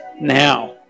now